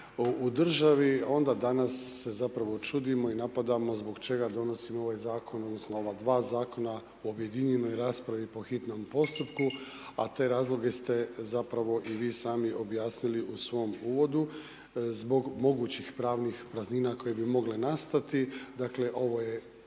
u državi, onda danas se zapravo čudimo i napadamo zbog čega donosimo ovaj zakon, odnosno ova dva zakona, u objedinjenoj raspravi po hitnom postupku, a te razloge ste zapravo i sami objasnili u svom uvodu zbog mogućih pravnih praznina koje bi mogle nastati, dakle ovdje